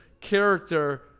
character